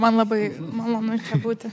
man labai malonu būti